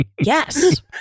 Yes